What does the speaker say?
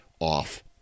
off